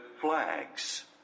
flags